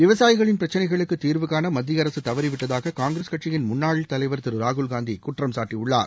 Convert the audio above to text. விவசாயிகளின் பிரச்சினைகளுக்கு தீர்வு காண மத்திய அரசு தவறிவிட்டதாக காங்கிரஸ் கட்சியின் முன்னாள் தலைவர் திரு ராகுல்காந்தி குற்றம் சாட்டியுள்ளார்